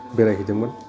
बेरायहैदोंमोन